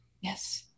Yes